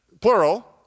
plural